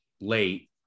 late